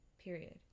period